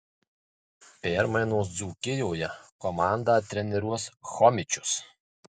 permainos dzūkijoje komandą treniruos chomičius